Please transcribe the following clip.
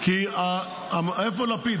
איפה לפיד?